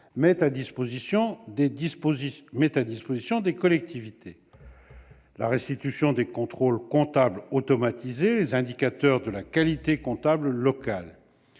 mettent à disposition des collectivités : restitution des contrôles comptables automatisés ; indicateurs de la qualité comptable locale.